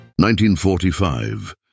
1945